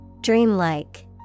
Dreamlike